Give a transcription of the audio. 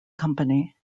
company